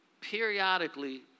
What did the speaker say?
periodically